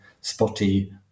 spotty